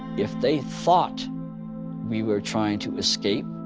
if they thought we were trying to escape,